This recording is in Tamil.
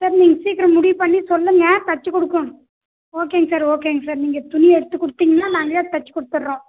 சார் நீங்கள் சீக்கிரம் முடிவு பண்ணி சொல்லுங்கள் தைச்சி கொடுக்கணும் ஓகேங்க சார் ஓகேங்க சார் நீங்கள் துணியை எடுத்து கொடுத்தீங்கன்னா நாங்களே தைச்சி கொடுத்துட்றோம்